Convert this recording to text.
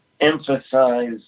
emphasize